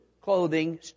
clothing